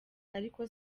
ariko